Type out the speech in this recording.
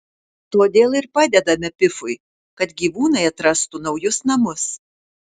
todėl ir padedame pifui kad gyvūnai atrastų naujus namus